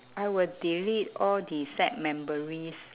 I will delete all the sad memories